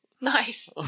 Nice